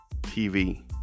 TV